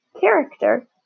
character